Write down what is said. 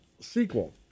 sequel